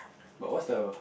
but what's the